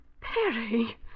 Perry